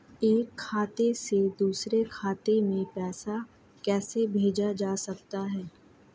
एक खाते से दूसरे खाते में पैसा कैसे भेजा जा सकता है?